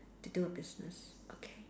to do a business okay